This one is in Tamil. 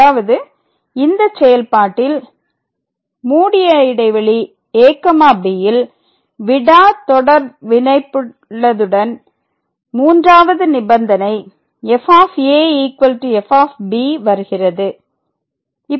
அதாவது இந்த செயல்பாட்டில் ab ல் விடாத் தொடர்விணைப்புள்ளதுடன் மூன்றாவது நிபந்தனை f f வருகிறது